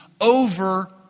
over